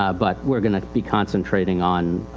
ah but weire going to be concentrating on,